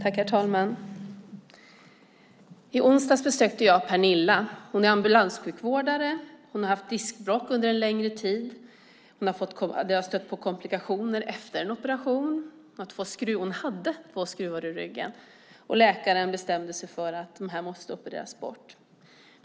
Herr talman! I onsdags besökte jag Pernilla. Hon är ambulanssjukvårdare och har haft diskbråck under en längre tid. Det har tillstött komplikationer efter en operation. Hon hade två skruvar i ryggen, och läkaren bestämde att de måste opereras bort.